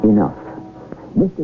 Enough